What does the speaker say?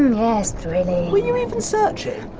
yes, thrilling. were you even searching?